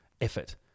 effort